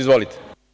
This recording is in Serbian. Izvolite.